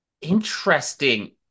interesting